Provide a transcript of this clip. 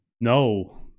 No